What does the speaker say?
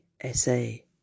Essay